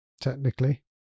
technically